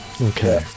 Okay